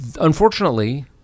unfortunately